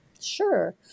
Sure